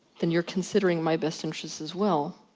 then you're considering my best interests as well,